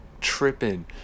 tripping